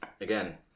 again